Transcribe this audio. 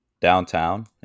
downtown